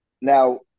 Now